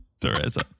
Teresa